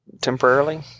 temporarily